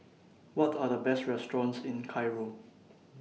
What Are The Best restaurants in Cairo